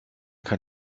kein